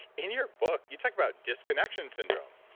in your book you talk about disconnection syndrome.